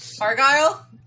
Argyle